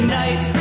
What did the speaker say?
night